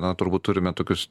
na turbūt turime tokius